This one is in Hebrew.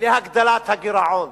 להגדלת הגירעון.